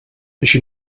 així